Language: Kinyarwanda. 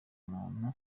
umuntu